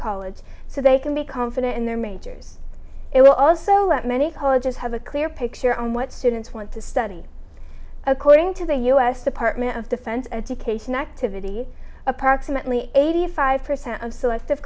college so they can be confident in their may it will also let many colleges have a clear picture on what students want to study according to the u s department of defense education activity approximately eighty five percent of selective